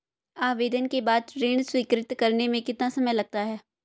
आवेदन के बाद ऋण स्वीकृत करने में कितना समय लगता है?